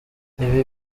ibi